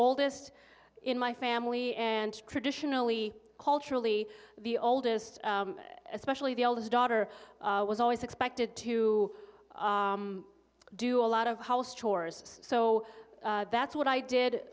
oldest in my family and traditionally culturally the oldest especially the eldest daughter was always expected to do a lot of house chores so that's what i did